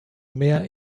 mehr